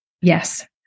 Yes